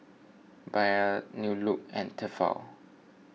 Bia New Look and Tefal